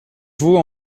vaux